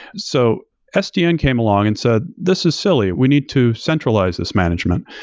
so sdn came along and said, this is silly. we need to centralize this management.